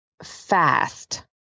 Fast